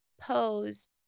pose